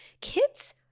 kids